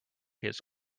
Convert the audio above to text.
his